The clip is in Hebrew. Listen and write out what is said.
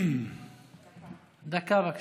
דקה, בבקשה.